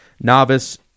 novice